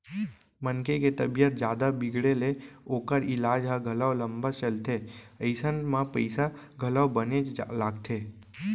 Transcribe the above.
मनसे के तबीयत जादा बिगड़े ले ओकर ईलाज ह घलौ लंबा चलथे अइसन म पइसा घलौ बनेच लागथे